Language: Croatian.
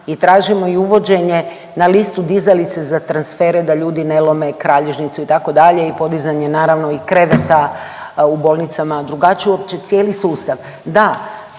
i tražimo i uvođenje na listu dizalice za transfere da ljudi ne lome kralježnicu itd. i podizanje naravno i kreveta u bolnicama, drugačiji je uopće cijeli sustav. Da,